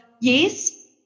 yes